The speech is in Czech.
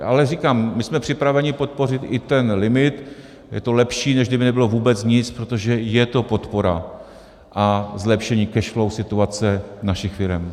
Ale říkám, my jsme připraveni podpořit i ten limit, je to lepší, než kdyby nebylo vůbec nic, protože je to podpora a zlepšení cash flow situace našich firem.